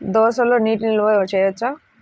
దోసలో నీటి నిల్వ చేయవచ్చా?